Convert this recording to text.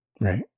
Right